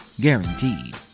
Guaranteed